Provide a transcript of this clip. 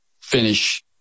finish